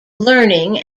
learning